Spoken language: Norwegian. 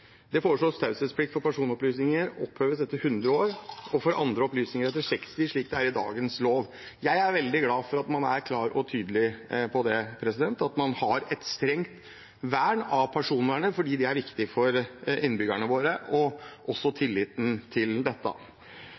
Det foreslås at taushetsplikt for personopplysninger oppheves etter 100 år og for andre opplysninger etter 60 år, slik det er i dagens lov. Jeg er veldig glad for at man er klar og tydelig på at man har et strengt personvern, for det er viktig for innbyggerne våre og også for tilliten til dette.